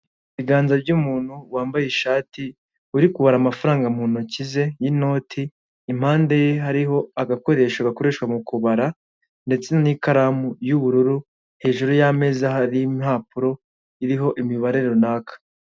Ikiganza cy'umuntu wambaye ishati uri kubara amafaranga mu ntoki ze y'inoti impande ye hariho agakoresho gakoreshwa mu kubara, ndetse n'ikaramu y'ubururu hejuru y'ameza hari impapuro iriho imibare runaka.